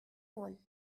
all